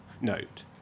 note